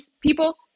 people